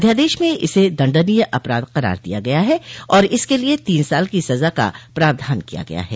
अध्यादेश में इसे दण्डनीय अपराध करार दिया गया है और इसके लिए तीन साल की सजा का प्रावधान किया गया है